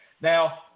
Now